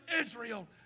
Israel